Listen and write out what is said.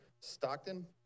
Stockton